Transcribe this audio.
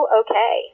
okay